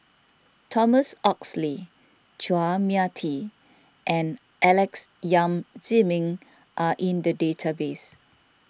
Thomas Oxley Chua Mia Tee and Alex Yam Ziming are in the database